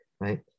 right